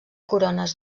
corones